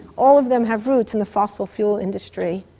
all of them have roots in the fossil fuel industry.